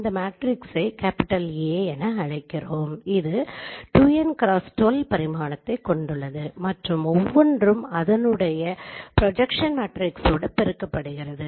இந்த மேட்ரிக்ஸை A என அழைக்கிறோம் இது 2nx12 பரிமாணத்தைக் கொண்டுள்ளது மற்றும் ஒவ்வொன்றும் அதனுடைய ப்ரொஜக்ஸன் மேட்ரிக்ஸோடு பெருக்கப்படுகிறது